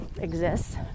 exists